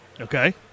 Okay